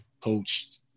coached